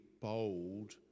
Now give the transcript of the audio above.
bold